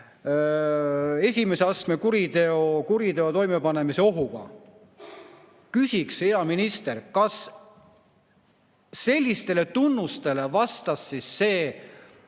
esimese astme kuriteo toimepanemiseks. Küsiks, hea minister, kas sellistele tunnustele vastas siis see